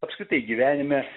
apskritai gyvenime